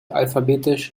alphabetisch